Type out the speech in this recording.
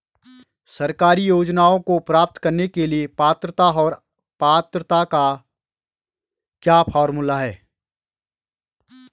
सरकारी योजनाओं को प्राप्त करने के लिए पात्रता और पात्रता का क्या फार्मूला है?